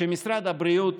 שמשרד הבריאות